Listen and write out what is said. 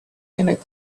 and